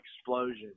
explosion